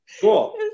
cool